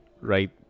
right